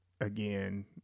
again